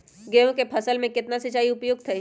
गेंहू के फसल में केतना सिंचाई उपयुक्त हाइ?